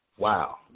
Wow